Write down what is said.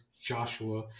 Joshua